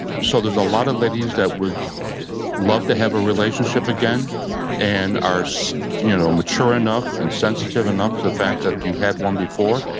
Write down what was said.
so there's a lot of ladies that would love to have a relationship again and are so you know mature enough and sensitive enough to the fact that you had one before.